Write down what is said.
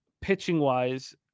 pitching-wise